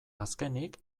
azkenik